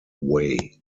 way